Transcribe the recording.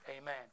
Amen